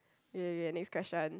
ya ya next question